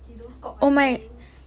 they don't kok I tell you